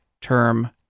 term